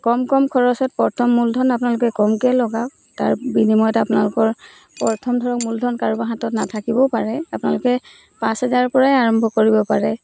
কম কম খৰচত প্ৰথম মূলধন আপোনালোকে কমকে লগাওক তাৰ বিনিময়ত আপোনালোকৰ প্ৰথম ধৰক মূলধন কাৰোবাৰ হাতত নাথাকিবও পাৰে আপোনালোকে পাঁচ হাজাৰৰপৰাই আৰম্ভ কৰিব পাৰে